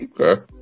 Okay